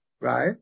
Right